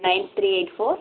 nine three eight four